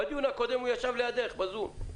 בדיון הקודם הוא ישב לידך, בזום.